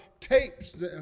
tapes